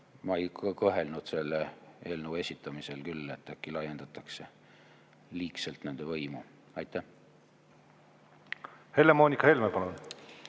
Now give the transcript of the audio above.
Ma ei kõhelnud selle eelnõu esitamisel küll, et äkki laiendatakse liigselt nende võimu. Helle-Moonika Helme, palun!